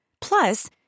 Plus